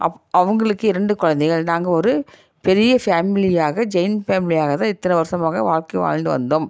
அப் அவங்களுக்கு இரண்டு குழந்தைகள் நாங்கள் ஒரு பெரிய ஃபேமிலியாக ஜெயிண்ட் பேமிலியாக தான் இத்தனை வருஷமாக வாழ்க்கையை வாழ்ந்து வந்தோம்